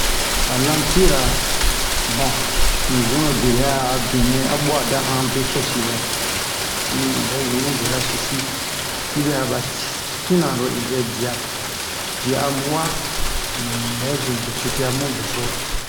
han lanti'yira bon un zunrobe bɛ'a benɛ a bwa da han beso si wa um unbv zun mu bera, so si yibɛ a ba ci sinaro un vɛ dia bie a mu wa unbɛ zun be tete'a mu beso